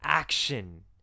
Action